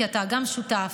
כי אתה גם שותף,